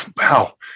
wow